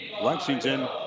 Lexington